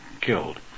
killed